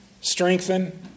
strengthen